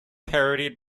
parodied